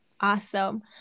Awesome